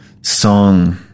song